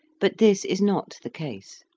but this is not the case.